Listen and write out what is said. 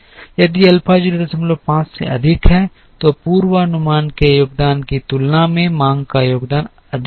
यदि अल्फा 05 से अधिक है तो पूर्वानुमान के योगदान की तुलना में मांग का योगदान अधिक होगा